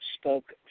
spoke